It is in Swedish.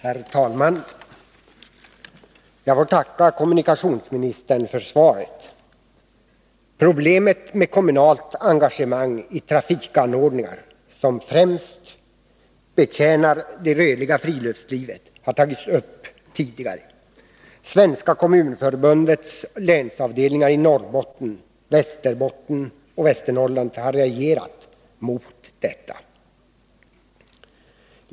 Herr talman! Jag får tacka kommunikationsministern för svaret. Problemet med kommunalt engagemang i trafikanordningar som främst betjänar det rörliga friluftslivet har tagits upp tidigare. Svenska kommunförbundets länsavdelningar i Norrbotten, Västerbotten och Västernorrland har reagerat mot detta.